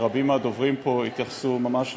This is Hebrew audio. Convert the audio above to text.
רבים מהדוברים פה התייחסו ממש לעניין,